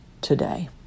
today